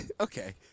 okay